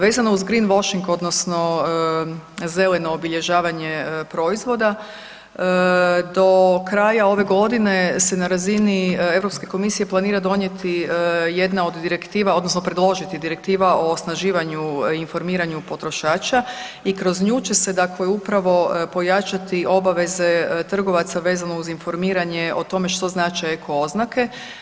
Vezano uz green washing odnosno zeleno obilježavanje proizvoda do kraja ove godine se na razini Europske komisije planira donijeti jedna od direktiva odnosno predložiti direktiva o osnaživanju i informiranju potrošača i kroz nju će se upravo pojačati obaveze trgovaca vezano uz informiranje o tome što znače eko oznake.